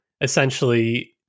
essentially